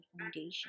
foundation